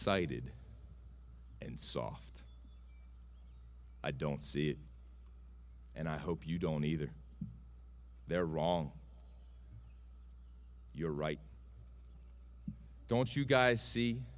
sighted and soft i don't see it and i hope you don't either they're wrong you're right don't you guys see